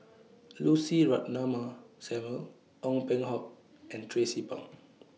Lucy Ratnammah Samuel Ong Peng Hock and Tracie Pang